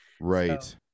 Right